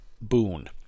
boon